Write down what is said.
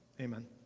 Amen